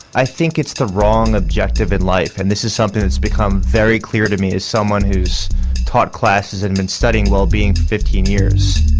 i think it's the wrong objective in life and this is something that's become very clear to me as someone who's taught classes and been studying wellbeing for fifteen years.